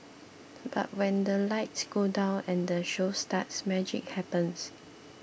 but when the lights go down and the show starts magic happens